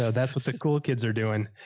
so that's what the cool kids are doing.